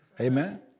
Amen